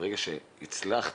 ברגע שהצלחת,